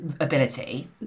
ability